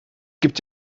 gibt